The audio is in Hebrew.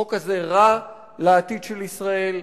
החוק הזה רע לעתיד של ישראל,